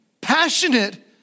passionate